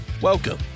Welcome